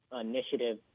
initiative